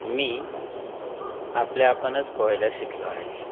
मी आपल्या आपणच पोहायला शिकलो आहे